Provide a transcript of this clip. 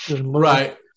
Right